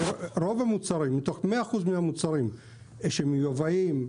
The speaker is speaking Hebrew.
ברוב המוצרים שמיוצרים או מיובאים,